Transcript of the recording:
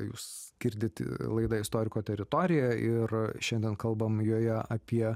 jūs girdit laidą istoriko teritorija ir šiandien kalbam joje apie